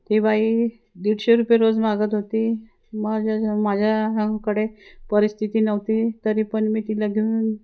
ती बाई दीडशे रुपये रोज मागत होती माझ्या माझ्याकडे परिस्थिती नव्हती तरी पण मी तिला घेऊन